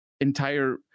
entire